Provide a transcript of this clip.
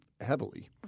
heavily